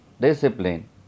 discipline